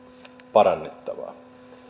parannettavaa